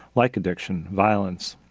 like addiction, violence,